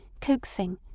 coaxing